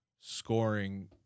scoring